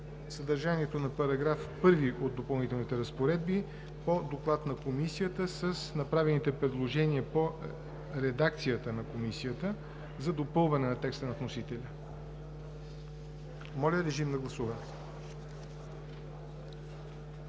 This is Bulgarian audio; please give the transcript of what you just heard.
съдържанието на § 1 от „Допълнителните разпоредби“ по доклад на Комисията с направените предложения по редакцията на Комисията за допълване на текста на вносителя. Гласували